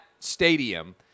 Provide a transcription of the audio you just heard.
stadium